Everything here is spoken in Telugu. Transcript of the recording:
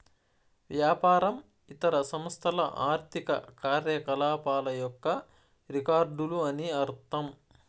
వ్యాపారం ఇతర సంస్థల ఆర్థిక కార్యకలాపాల యొక్క రికార్డులు అని అర్థం